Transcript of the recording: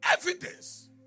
evidence